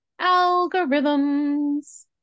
algorithms